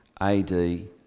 AD